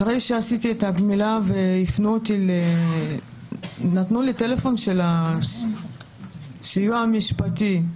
אחרי שעשיתי את הגמילה והפנו אותי ונתנו לי טלפון של הסיוע המשפטי.